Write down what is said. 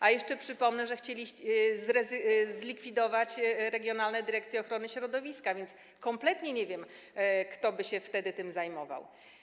A jeszcze przypomnę, że chcieliście zlikwidować regionalne dyrekcje ochrony środowiska, więc kompletnie nie wiem, kto by się wtedy tym zajmował.